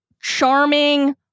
Charming